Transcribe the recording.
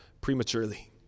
prematurely